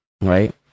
Right